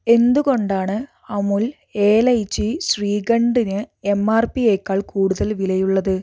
എന്തു കൊണ്ടാണ് അമുൽ ഏലൈച്ചി ശ്രീഖണ്ഡിന് എംആർപിയെക്കാൾ കൂടുതൽ വിലയുള്ളത്